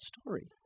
story